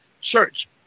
Church